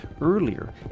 earlier